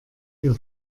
ihr